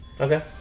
Okay